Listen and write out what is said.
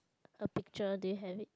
a picture do you have it